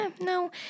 no